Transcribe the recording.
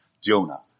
Jonah